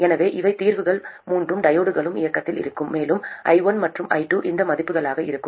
எனவே இவை தீர்வுகள் மூன்று டையோட்களும் இயக்கத்தில் இருக்கும் மேலும் i1 மற்றும் i2 இந்த மதிப்புகளாக இருக்கும்